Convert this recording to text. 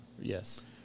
Yes